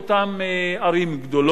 באותן ערים גדולות,